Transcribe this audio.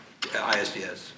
ISDS